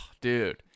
dude